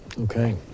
Okay